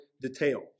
detail